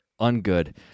ungood